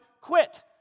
quit